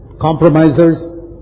compromisers